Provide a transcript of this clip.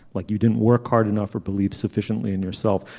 like you didn't work hard enough or beliefs sufficiently in yourself.